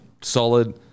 solid